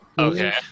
Okay